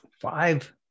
five